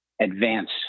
advance